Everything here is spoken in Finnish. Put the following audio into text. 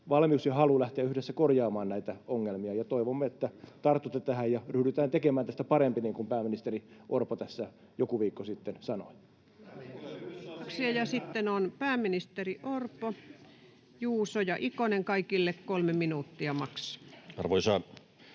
valmius ja halu lähteä yhdessä korjaamaan näitä ongelmia. Toivomme, että tartutte tähän ja ryhdytään tekemään tästä parempi, niin kuin pääministeri Orpo tässä joku viikko sitten sanoi. Kiitoksia. — Sitten on pääministeri Orpo, ministerit Juuso ja Ikonen, ja kaikille kolme minuuttia maks. Arvoisa